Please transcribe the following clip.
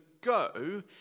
go